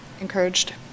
encouraged